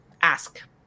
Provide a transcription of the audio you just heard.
ask